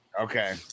Okay